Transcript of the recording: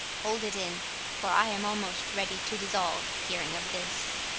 hold it in for i am almost ready to dissolve, hearing of this.